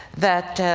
that